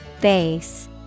Base